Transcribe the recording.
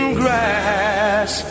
grass